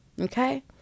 Okay